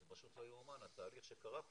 זה פשוט לא יאומן התהליך שקרה פה.